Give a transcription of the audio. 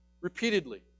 repeatedly